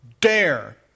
Dare